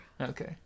okay